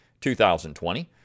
2020